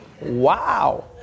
Wow